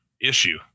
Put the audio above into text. issue